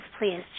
please